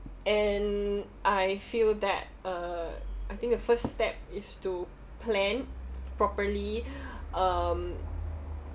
and I feel that uh I think the first step is to plan properly um